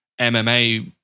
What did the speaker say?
MMA